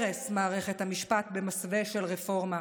הרס מערכת המשפט במסווה של רפורמה,